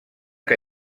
que